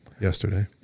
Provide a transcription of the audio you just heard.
Yesterday